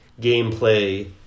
gameplay